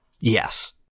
Yes